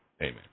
Amen